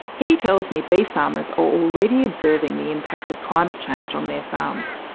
he tells me beef farmers are already observing the impact of climate change on their farms.